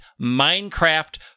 Minecraft